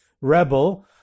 rebel